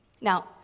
Now